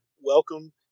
welcome